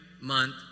month